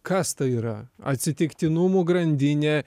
kas tai yra atsitiktinumų grandinė